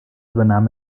übernahm